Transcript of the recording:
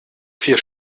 vier